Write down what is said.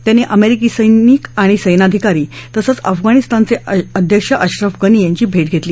त्यांनी अमेरिकी सैनिक आणि सेनाधिकारी तसंच अफगाणिस्तानचे अध्यक्ष अश्रफ गनी यांची भेट घेतली